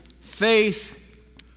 Faith